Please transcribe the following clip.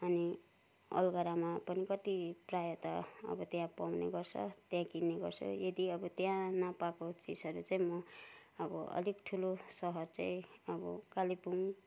अनि अलगढामा पनि कति प्राय त अब त्यहाँ पाउने गर्छ त्यहाँ किन्ने गर्छ यदि अब त्यहाँ नपाएको चिजहरू चाहिँ म अब अलिक ठुलो सहर चाहिँ अब कालेबुङ